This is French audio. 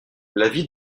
l’avis